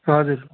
हजुर